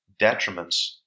detriments